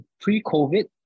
pre-COVID